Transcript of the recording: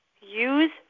Use